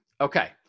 Okay